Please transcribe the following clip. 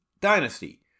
dynasty